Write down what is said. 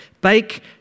Bake